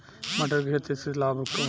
मटर के खेती से लाभ होखे?